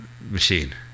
machine